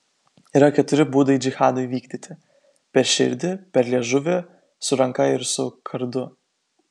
yra keturi būdai džihadui vykdyti per širdį per liežuvį su ranka ir su kardu